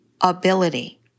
ability